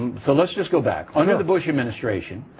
phyllis just go back on in the bush administration